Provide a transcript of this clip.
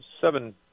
Seven